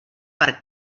per